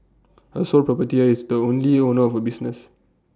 A sole proper tear is the only owner of A business